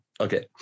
Okay